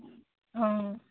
অঁ